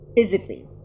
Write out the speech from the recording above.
physically